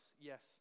Yes